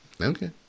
Okay